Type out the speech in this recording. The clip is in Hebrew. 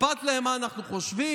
אכפת להם מה אנחנו חושבים,